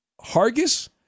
Hargis